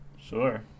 Sure